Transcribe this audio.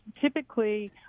typically